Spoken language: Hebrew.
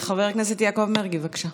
חבר הכנסת יעקב מרגי, בבקשה.